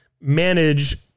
manage